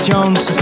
jones